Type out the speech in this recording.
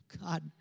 God